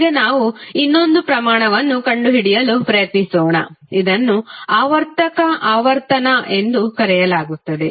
ಈಗ ನಾವು ಇನ್ನೊಂದು ಪ್ರಮಾಣವನ್ನು ಕಂಡುಹಿಡಿಯಲು ಪ್ರಯತ್ನಿಸೋಣ ಇದನ್ನು ಆವರ್ತಕ ಆವರ್ತನ ಎಂದು ಕರೆಯಲಾಗುತ್ತದೆ